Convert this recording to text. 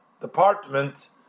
department